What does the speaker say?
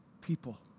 people